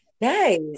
Nice